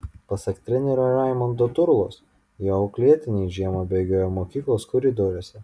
pasak trenerio raimondo turlos jo auklėtiniai žiemą bėgioja mokyklos koridoriuose